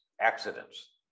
accidents